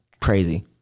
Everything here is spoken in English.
crazy